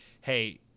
hey